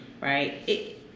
right